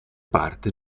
parte